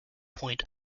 point